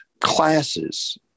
classes